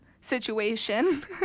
situation